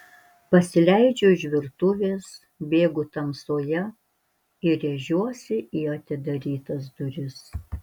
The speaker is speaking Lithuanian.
pasileidžiu iš virtuvės bėgu tamsoje ir rėžiuosi į atidarytas duris